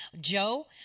Joe